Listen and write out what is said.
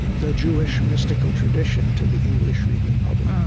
the jewish mystical tradition to the english-reading public